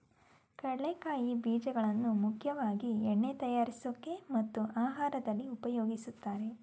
ಕಡಲೆಕಾಯಿ ಬೀಜಗಳನ್ನಾ ಮುಖ್ಯವಾಗಿ ಎಣ್ಣೆ ತಯಾರ್ಸೋಕೆ ಮತ್ತು ಆಹಾರ್ದಲ್ಲಿ ಉಪಯೋಗಿಸ್ತಾರೆ